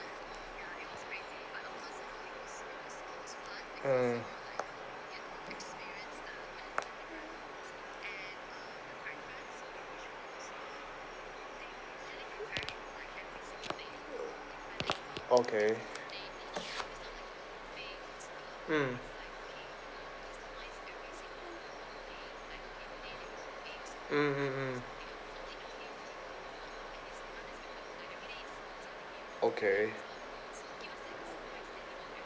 mm okay mm mm mm mm okay